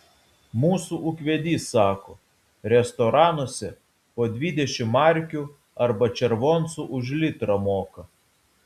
mūsų ūkvedys sako restoranuose po dvidešimt markių arba červoncų už litrą moka